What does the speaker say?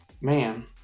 Man